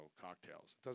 cocktails